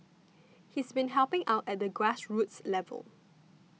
he's been helping out at the grassroots level